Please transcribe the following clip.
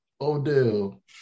Odell